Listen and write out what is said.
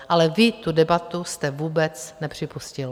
Ale vy tu debatu jste vůbec nepřipustil.